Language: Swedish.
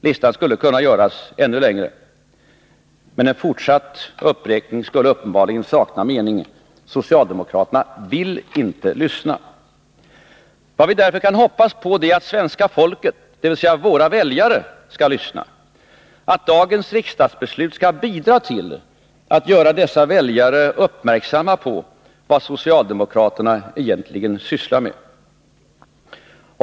Listan skulle kunna göras ännu längre, men en fortsatt uppräkning skulle uppenbarligen sakna mening. Socialdemokraterna vill inte lyssna. Vad vi därför kan hoppas på är att svenska folket, dvs. våra väljare, skall lyssna, att dagens riksdagsbeslut skall bidra till att göra dessa väljare uppmärksamma på vad socialdemokraterna egentligen sysslar med.